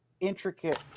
intricate